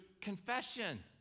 confession